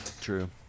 True